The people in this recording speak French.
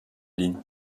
ligne